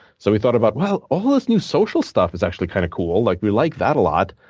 so we thought about well, all of this new social stuff is actually kind of cool. like we like that a lot.